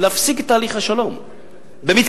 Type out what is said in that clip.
ולהפסיק את תהליך השלום במתכוון,